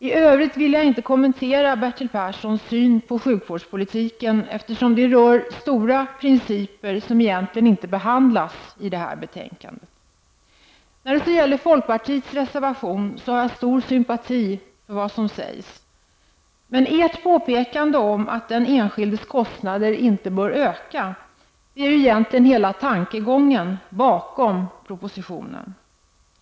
I övrigt vill jag inte kommentera Bertil Perssons syn på sjukvårdspolitiken, eftersom det som han tog upp rör stora principer som egentligen inte behandlas i detta betänkande. Jag hyser stor sympati för det som sägs i folkpartiets reservation. Men folkpartiets påpekande om att den enskildes kostnader inte bör öka är ju egentligen hela tankegången bakom propositionen.